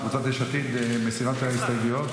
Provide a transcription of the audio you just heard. קבוצת יש עתיד מסירה את ההסתייגויות.